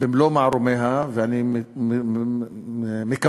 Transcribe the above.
במלוא מערומיה, ואני מקווה